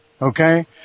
Okay